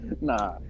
Nah